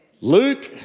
Luke